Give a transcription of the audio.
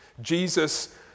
Jesus